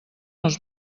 els